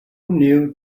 new